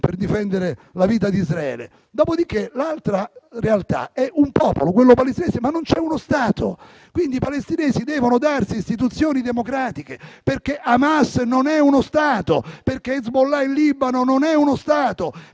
per difendere la vita di Israele; l'altra realtà è quella del popolo palestinese, ma non c'è uno Stato, quindi i palestinesi devono darsi istituzioni democratiche, perché Hamas non è uno Stato, perché Hezbollah in Libano non è uno Stato,